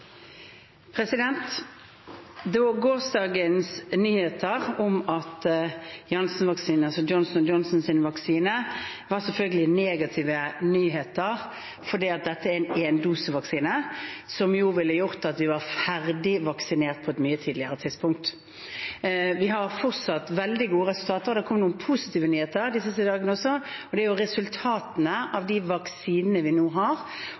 Gårsdagens nyheter om Janssen-vaksinen, altså Johnson & Johnsons vaksine, var selvfølgelig negative nyheter, for dette er en éndosevaksine som ville gjort at vi var ferdigvaksinert på et mye tidligere tidspunkt. Vi har fortsatt veldig gode resultater. Det kom noen positive nyheter de siste dagene også, og det er jo resultatene av de vaksinene vi nå har, om at de faktisk gir enda mindre grad av smittespredning, sånn det ser ut, enn man tidligere har